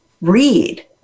read